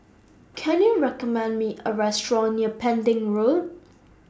Can YOU recommend Me A Restaurant near Pending Road